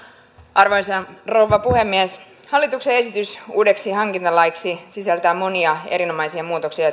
arvoisa rouva puhemies hallituksen esitys uudeksi hankintalaiksi sisältää monia erinomaisia muutoksia